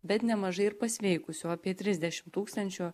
bet nemažai ir pasveikusių apie trisdešim tūkstančių